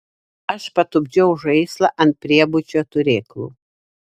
aš patupdžiau žaislą ant priebučio turėklų